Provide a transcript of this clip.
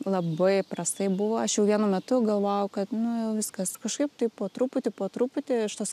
labai prastai buvo aš jau vienu metu galvojau kad nu jau viskas kažkaip taip po truputį po truputį iš tos